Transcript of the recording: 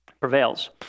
prevails